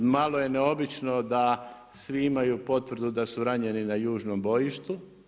Malo je neobično da svi imaju potvrdu da su ranjeni na južnom bojištu.